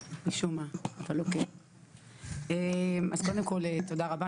אז קודם כל תודה רבה,